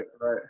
right